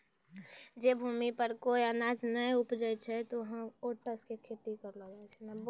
जै भूमि पर कोय अनाज नाय उपजै छै वहाँ ओट्स के खेती करलो जाय छै